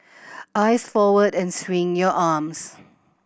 eyes forward and swing your arms